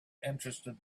interested